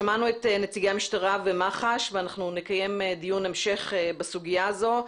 שמענו את נציגי המשטרה ומח"ש ואנחנו נקיים דיון המשך בסוגיה הזאת.